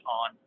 on